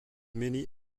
many